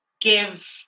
give